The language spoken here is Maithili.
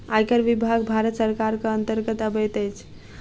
आयकर विभाग भारत सरकारक अन्तर्गत अबैत अछि